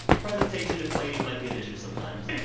presentation and plating might be an issue sometimes. yeah